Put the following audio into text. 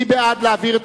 מי בעד להעביר?